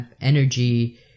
energy